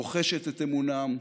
רוכשת את אמונם,